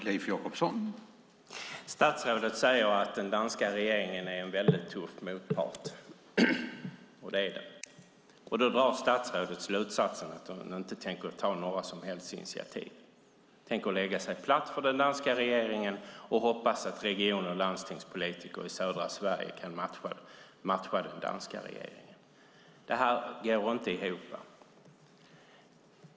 Herr talman! Statsrådet säger att den danska regeringen är en väldigt tuff motpart, och det är den. Då drar statsrådet slutsatsen att hon inte tänker några som helst initiativ och tänker lägga sig platt för den danska regeringen och hoppas att region och landstingspolitiker i södra Sverige kan matcha den danska regeringen. Detta går inte ihop.